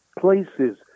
places